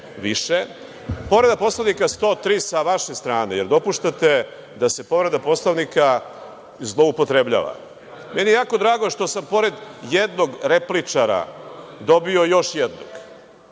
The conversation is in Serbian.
više. Povreda Poslovnika 103, sa vaše strane, jer dopuštate da se povreda Poslovnika zloupotrebljava. Meni je jako drago što sam pored jednog repličara dobio još jednog.